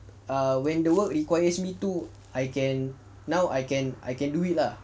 ah when the work requires me to I can now I can I can do it lah